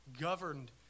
governed